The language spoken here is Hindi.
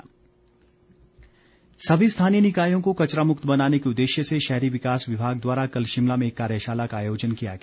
कार्यशाला सभी स्थानीय निकायों को कचरा मुक्त बनाने के उद्देश्य से शहरी विकास विभाग द्वारा कल शिमला में एक कार्यशाला का आयोजन किया गया